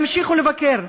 תמשיכו לבקר.